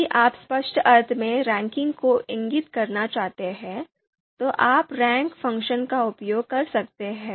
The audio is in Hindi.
यदि आप स्पष्ट अर्थ में रैंकिंग को इंगित करना चाहते हैं तो आप रैंक फ़ंक्शन का उपयोग कर सकते हैं